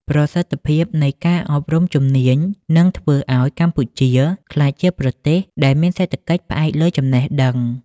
ប្រសិទ្ធភាពនៃការអប់រំជំនាញនឹងធ្វើឱ្យកម្ពុជាក្លាយជាប្រទេសដែលមានសេដ្ឋកិច្ចផ្អែកលើចំណេះដឹង។